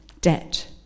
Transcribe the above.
debt